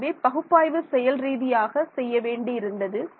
ஆகவே பகுப்பாய்வு செயல் ரீதியாக செய்ய வேண்டி இருந்தது